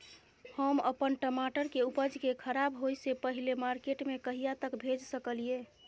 हम अपन टमाटर के उपज के खराब होय से पहिले मार्केट में कहिया तक भेज सकलिए?